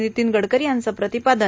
नितीन गडकरी यांचं प्रतिपादन